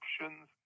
options